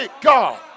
God